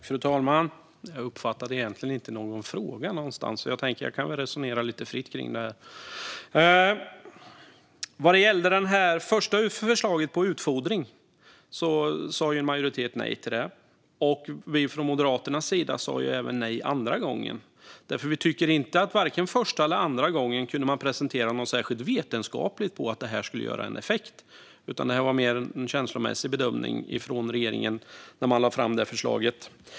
Fru talman! Jag uppfattade egentligen inte någon fråga, så jag tänker att jag väl kan resonera lite fritt kring det här. Det första förslaget när det gällde utfodring sa en majoritet nej till. Från Moderaternas sida sa vi nej även andra gången, för varken första eller andra gången kunde man presentera några vetenskapliga belägg på att detta skulle få effekt, utan det var mer en känslomässig bedömning från regeringen när man lade fram förslaget.